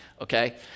okay